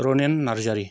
Ranen Narzary